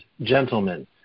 gentlemen